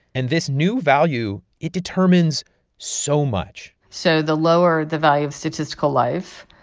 and this new value it determines so much so the lower the value of statistical life,